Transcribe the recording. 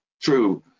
true